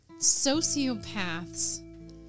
sociopaths